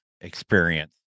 experience